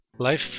LIFE